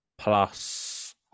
Plus